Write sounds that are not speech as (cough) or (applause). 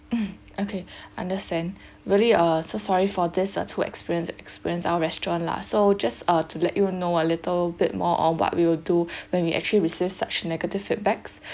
mm okay (breath) understand (breath) really uh so sorry for this uh two experience experience our restaurant lah so just uh to let you know a little bit more on what we will do (breath) when we actually receive such negative feedbacks